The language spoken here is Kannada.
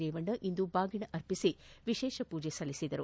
ರೇವಣ್ಣ ಇಂದು ಬಾಗೀನ ಅರ್ಪಿಸಿ ವಿಶೇಷ ಪೂಜೆ ಸಲ್ಲಿಸಿದರು